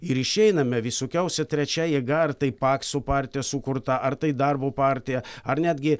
ir išeiname visokiausia trečia jėga ar tai pakso partija sukurta ar tai darbo partija ar netgi